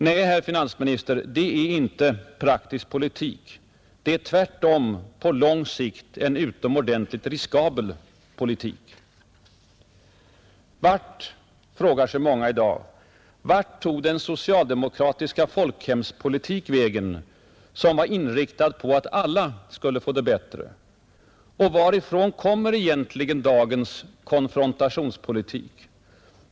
Nej, herr finansminister, det är inte ”praktisk politik”. Det är tvärtom på lång sikt en utomordentligt riskabel politik. Vart — frågar sig många i dag — tog den socialdemokratiska folkhemspolitik vägen som inriktades på att alla skulle få det bättre? Och varifrån kommer egentligen dagens ”konfrontationspolitik”?